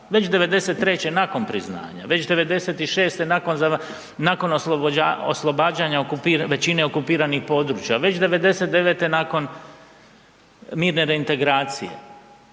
Već '93. nakon priznanja, već '96. nakon oslobađanja većine okupiranih područja, već '99. nakon mirne reintegracije,